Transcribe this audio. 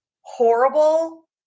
horrible